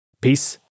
Peace